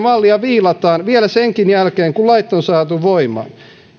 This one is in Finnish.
mallia viilataan vielä senkin jälkeen kun lait on saatu voimaan